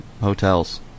hotels